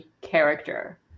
character